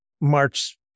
march